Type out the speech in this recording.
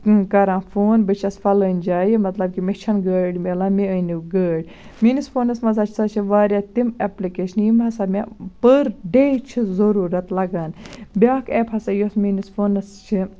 کران فون بہٕ چھَس فَلٲنۍ جایہِ مطلب کہِ مےٚ چھےٚ نہٕ گٲڑ میلان مےٚ أنیٚو گٲڑ میٲنِس فونَس منٛز ہسا چھِ واریاہ تِم ایپلِکیشنہٕ یِم ہسا مےٚ پٔر ڈے چھِ ضروٗرتھ لگان بیاکھ ایٚپ ہسا یۄ میٲنِس فونَس چھِ